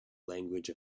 language